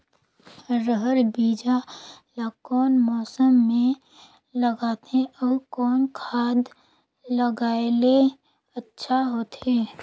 रहर बीजा ला कौन मौसम मे लगाथे अउ कौन खाद लगायेले अच्छा होथे?